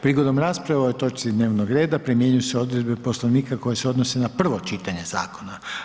Prigodom rasprave o ovoj točci dnevnog reda primjenjuju se odredbe Poslovnika koje se odnose na prvo čitanje zakona.